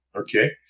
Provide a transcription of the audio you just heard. Okay